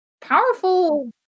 Powerful